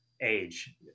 age